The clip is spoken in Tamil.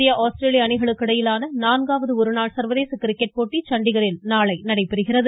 இந்திய ஆஸ்திரேலிய அணிகளுக்கு இடையிலான நான்காவது ஒருநாள் சர்வதேச கிரிக்கெட் போட்டி சண்டிகரில் நாளை நடைபெறுகிறது